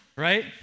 right